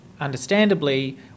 understandably